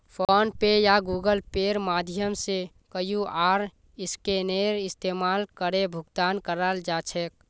phone पे या Google पेर माध्यम से क्यूआर स्कैनेर इस्तमाल करे भुगतान कराल जा छेक